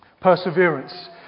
Perseverance